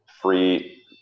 Free